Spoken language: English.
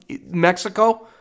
Mexico